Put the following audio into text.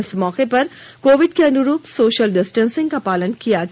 इस मौके पर कोविड के अनुरूप सोशल डिस्टैंसिंग का पालन किया गया